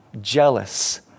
jealous